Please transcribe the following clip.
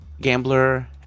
gambler